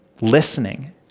Listening